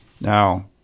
Now